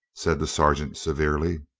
said the sergeant severely.